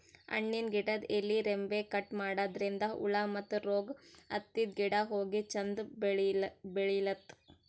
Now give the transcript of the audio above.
ಹಣ್ಣಿನ್ ಗಿಡದ್ ಎಲಿ ರೆಂಬೆ ಕಟ್ ಮಾಡದ್ರಿನ್ದ ಹುಳ ಮತ್ತ್ ರೋಗ್ ಹತ್ತಿದ್ ಗಿಡ ಹೋಗಿ ಚಂದ್ ಬೆಳಿಲಂತ್